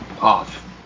off